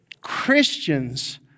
Christians